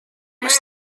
μες